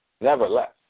Nevertheless